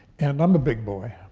and i'm a big boy.